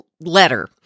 letter